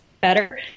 Better